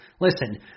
Listen